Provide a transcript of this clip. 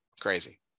crazy